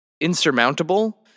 insurmountable